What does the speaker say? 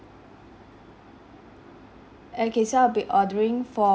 okay so I'll be ordering for